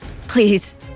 Please